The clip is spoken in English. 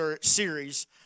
series